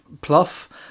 pluff